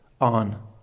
on